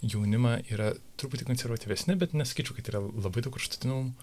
jaunimą yra truputį konservatyvesni bet nesakyčiau kad yra labai daug kraštutinumų